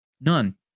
None